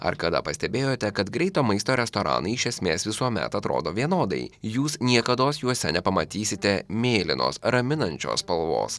ar kada pastebėjote kad greito maisto restoranai iš esmės visuomet atrodo vienodai jūs niekados juose nepamatysite mėlynos raminančios spalvos